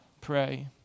pray